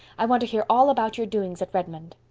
i want to hear all about your doings at redmond.